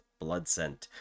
Bloodscent